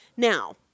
Now